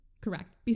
Correct